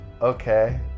Okay